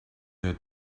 had